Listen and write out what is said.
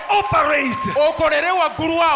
operate